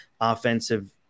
offensive